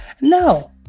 No